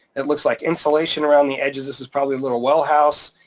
it looks like insulation around the edges, this is probably a little well house,